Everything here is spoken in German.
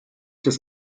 des